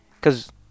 cause